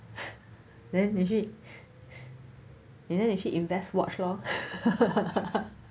then 你去 then 你去 invest watch lor